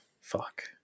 fuck